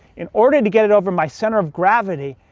in order to get it over my center of gravity,